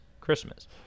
Christmas